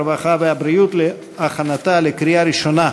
הרווחה והבריאות להכנתה לקריאה ראשונה.